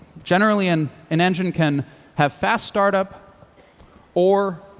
generally, and an engine can have fast startup or